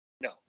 No